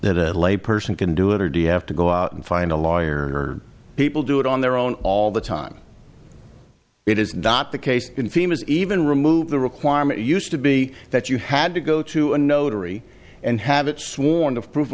that a lay person can do it or do you have to go out and find a lawyer people do it on their own all the time it is not the case in females even remove the requirement used to be that you had to go to a notary and have it sworn to prove